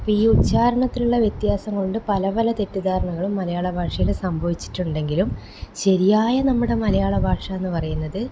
അപ്പം ഈ ഉച്ചാരണത്തിലുള്ള വ്യത്യാസം കൊണ്ട് പല പല തെറ്റിദ്ധാരണകൾ മലയാള ഭാഷയിൽ സംഭവിച്ചിട്ടുണ്ടെങ്കിലും ശരിയായ നമ്മുടെ മലയാളഭാഷാന്ന് പറയുന്നത്